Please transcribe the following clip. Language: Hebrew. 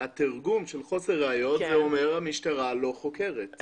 התרגום של חוסר ראיות אומר שהמשטרה לא חוקרת.